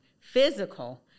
physical